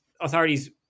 authorities